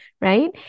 Right